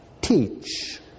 teach